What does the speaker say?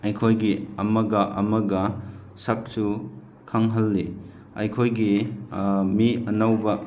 ꯑꯩꯈꯣꯏꯒꯤ ꯑꯃꯒ ꯑꯃꯒ ꯁꯛ ꯆꯨ ꯈꯪꯍꯜꯂꯤ ꯑꯩꯈꯣꯏꯒꯤ ꯃꯤ ꯑꯅꯧꯕ